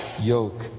yoke